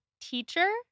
teacher